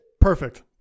Perfect